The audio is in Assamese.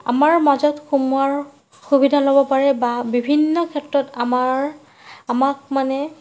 আমাৰ মাজত সুমুৱাৰ সুবিধা ল'ব পাৰে বা বিভিন্ন ক্ষেত্ৰত আমাৰ আমাক মানে